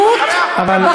שלה לא נכנס.